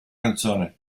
canzone